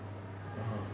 orh